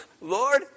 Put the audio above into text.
Lord